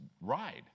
ride